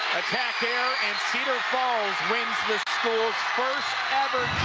attack, air. and cedar falls wins this school's first-ever